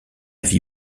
vie